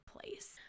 place